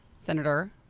Senator